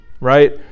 right